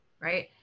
right